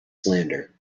slander